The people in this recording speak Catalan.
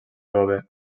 jove